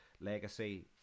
legacy